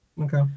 Okay